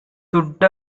துட்ட